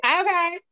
Okay